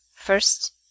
First